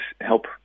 help